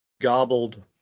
gobbled